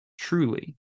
truly